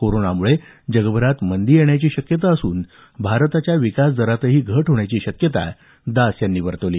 कोरोनामुळे जगभरात मंदी येण्याची शक्यता असून भारताच्या विकास दरातही घट होण्याची शक्यता दास यांनी वर्तवली